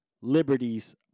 liberties